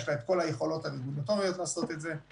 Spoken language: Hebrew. יש לה את כל היכולות המנדטוריות לעשות את זה,